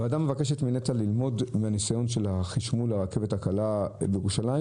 הוועדה מבקשת מנת"ע ללמוד מהניסיון של החשמול של הרכבת הקלה בירושלים,